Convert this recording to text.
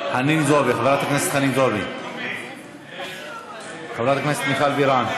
חברת הכנסת חנין זועבי, חברת הכנסת מיכל בירן,